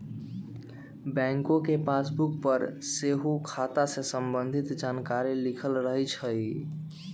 bank के passbook पर सेहो खता से संबंधित जानकारी लिखल रहै छइ